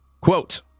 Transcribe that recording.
Quote